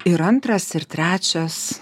ir antras ir trečias